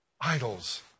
idols